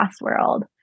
world